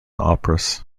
operas